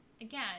again